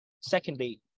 Secondly